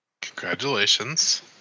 congratulations